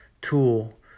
tool